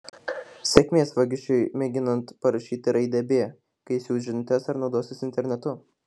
sėkmės vagišiui mėginant parašyti raidę b kai siųs žinutes ar naudosis internetu